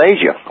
Asia